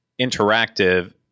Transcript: interactive